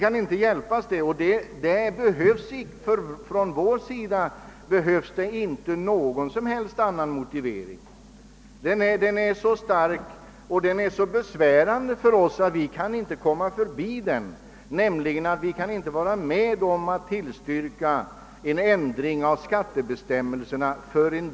För vår del behövs det inte någon som helst annan motivering än att vi inte kan tillstyrka införandet av särskilda skattebestämmelser för en viss yrkesgrupp. Den motiveringen är så tungt vägande att vi inte kan komma förbi den.